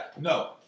No